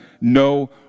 no